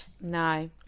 No